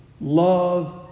love